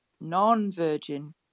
non-virgin